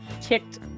kicked